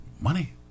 money